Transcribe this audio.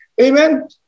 Amen